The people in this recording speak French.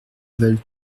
veulent